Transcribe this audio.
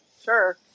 Sure